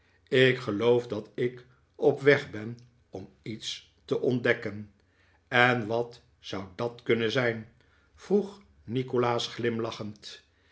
ik geloof dat ik op weg ben om iets te ontdekken en wat zou dat kunnen zijn vroeg nikolaas glimlachend